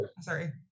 Sorry